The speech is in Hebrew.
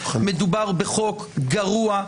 מדובר בחוק גרוע,